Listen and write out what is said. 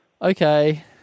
okay